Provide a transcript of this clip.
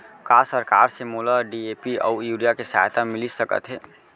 का सरकार से मोला डी.ए.पी अऊ यूरिया के सहायता मिलिस सकत हे?